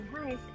Hi